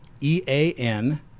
E-A-N